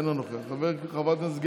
חבר הכנסת משה אבוטבול,